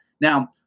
Now